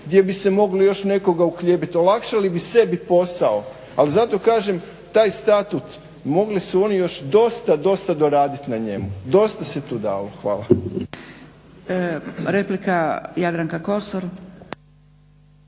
gdje bi se moglo još nekoga uhljebiti. Olakšali bi sebi posao. Ali zato kažem taj Statut mogli su oni još dosta, dosta doradit na njemu. Dosta se tu dalo. Hvala. **Zgrebec,